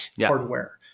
hardware